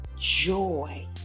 joy